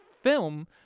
film